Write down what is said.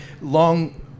long